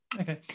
Okay